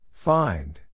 Find